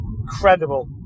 Incredible